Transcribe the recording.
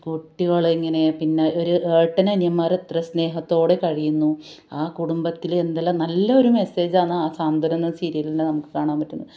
കുട്ടികള് എങ്ങനെ പിന്നെ ഒരു ഏട്ടനിയൻമാര് എത്ര സ്നേഹത്തോടെ കഴിയുന്നു ആ കുടുംബത്തില് എന്തെല്ലാം നല്ല ഒരു മെസേജ് ആണ് ആ സാന്ത്വനം എന്ന് സീരിയലില് നമുക്ക് കാണാൻ പറ്റുന്നത്